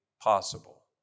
possible